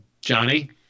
Johnny